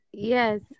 Yes